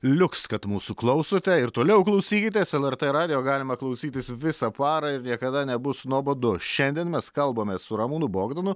liuks kad mūsų klausote ir toliau klausykitės lrt radijo galima klausytis visą parą ir niekada nebus nuobodu šiandien mes kalbamės su ramūnu bogdanu